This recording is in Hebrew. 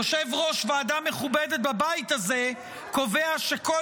יושב-ראש ועדה מכובדת בבית הזה קובע שכל